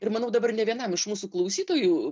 ir manau dabar nė vienam iš mūsų klausytojų